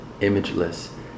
imageless